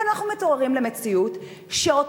אבל אנחנו מתעוררים למציאות שאותם